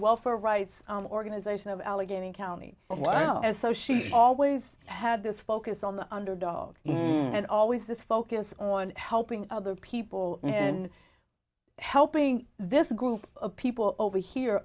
welfare rights organization of allegheny county as well as so she always had this focus on the underdog and always this focus on helping other people and helping this group of people over here